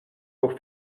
pour